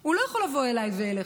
הוא לא יכול לבוא אליי ואליך,